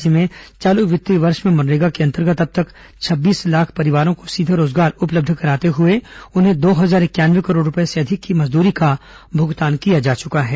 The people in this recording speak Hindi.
राज्य में चालू वित्तीय वर्ष में मनरेगा के अंतर्गत अब तक लगभग छब्बीस लाखपरिवारों को सीधे रोजगार उपलब्ध कराते हुए उन्हें दो हजार इंक्यानवे करोड़ रूपए से अधिक की मजदूरी का भुगतान किया जा चुका है